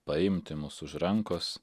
paimti mus už rankos